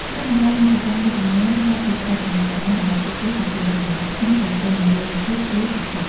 អ្នកបង្កើតមាតិការមួយចំនួនថតវីដេអូចំណាប់អារម្មណ៍របស់ពួកគេចំពោះបទចម្រៀងខ្មែរដែលចេញនៅលើ YouTube ឬ TikTok។